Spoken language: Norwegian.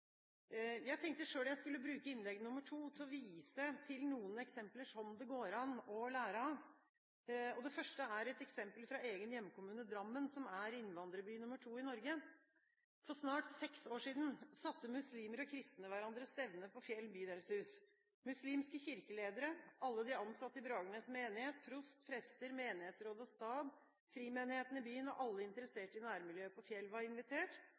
Jeg tenkte jeg skulle bruke innlegg nr. to til å vise til noen eksempler som det går an å lære av. Det første er et eksempel fra egen hjemkommune, Drammen, som er innvandrerby nr. to i Norge: For snart seks år siden satte muslimer og kristne hverandre stevne på Fjell bydelshus. Muslimske kirkeledere, alle de ansatte i Bragernes menighet, prost, prester, menighetsråd og stab, frimenighetene i byen og alle interesserte i nærmiljøet på Fjell var invitert.